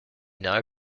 now